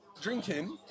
drinking